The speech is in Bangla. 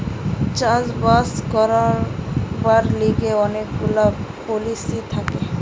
চাষ বাস করবার লিগে অনেক গুলা পলিসি থাকে